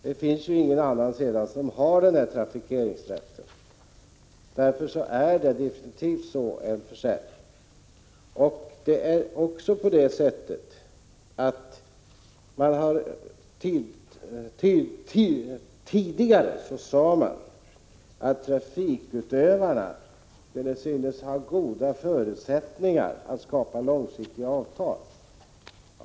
Därmed har ju ingen annan denna trafikeringsrätt. Det sades tidigare att trafikutövarna synes ha goda förutsättningar att skapa långsiktiga avtal.